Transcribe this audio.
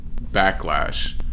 backlash